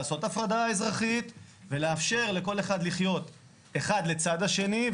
לעשות הפרדה אזרחית ולאפשר לכל אחד לחיות אחד לצד השני,